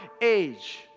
age